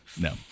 No